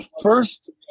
first